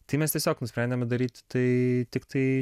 tai mes tiesiog nusprendėme daryti tai tiktai